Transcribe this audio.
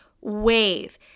wave